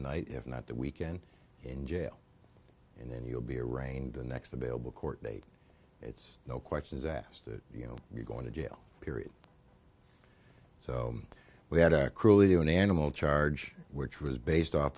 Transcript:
night if not the weekend in jail and then you'll be arraigned the next available court date it's no questions asked that you know you're going to jail period so we had a cruelly you know an animal charge which was based off